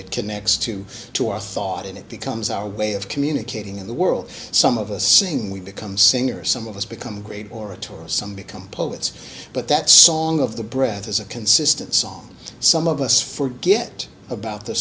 it connects to to our thought and it becomes our way of communicating in the world some of us sing we become singers some of us become great oratory some become poets but that song of the breath is a consistent song some of us forget about the